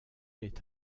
est